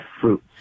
fruit